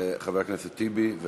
חבר הכנסת טיבי.